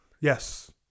Yes